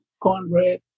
cornbread